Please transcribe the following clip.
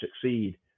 succeed